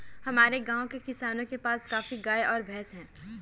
हमारे गाँव के किसानों के पास काफी गायें और भैंस है